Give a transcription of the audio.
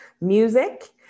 music